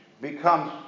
becomes